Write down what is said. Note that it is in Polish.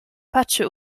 patrzył